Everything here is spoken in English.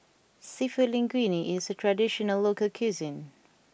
Seafood Linguine is a traditional local cuisine